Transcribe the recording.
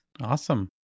Awesome